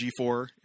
G4